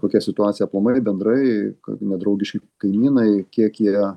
kokia situacija aplamai bendrai kad nedraugiški kaimynai kiek jie